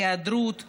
היעדרות מהעבודה,